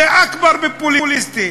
זה אכבר פופוליסטי.